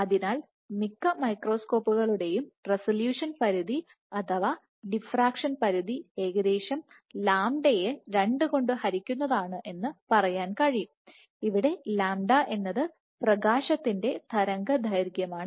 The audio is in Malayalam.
അതിനാൽ മിക്ക മൈക്രോസ്കോപ്പുകളുടെയും റെസല്യൂഷൻ പരിധി അഥവാ ഡിഫ്രാക്ഷൻ പരിധി ഏകദേശം ലാംഡ യെ 2 കൊണ്ടു ഹരിക്കുന്നതാണ് എന്ന് പറയാൻ കഴിയും ഇവിടെ ലാംഡ എന്നത് പ്രകാശത്തിന്റെ തരംഗദൈർഘ്യമാണ്